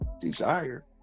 desire